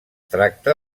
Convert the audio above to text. tracta